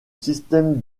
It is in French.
système